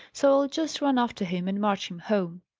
so i'll just run after him and march him home.